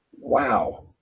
Wow